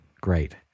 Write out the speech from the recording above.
Great